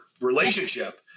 relationship